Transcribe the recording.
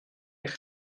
eich